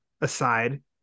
aside